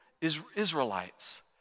Israelites